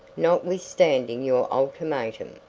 notwithstanding your ultimatum.